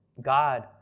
God